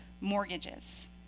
mortgages